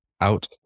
out